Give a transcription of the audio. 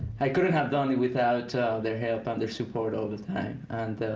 couldn't have done it without their help and their support all the time. and